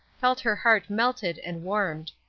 felt her heart melted and warmed.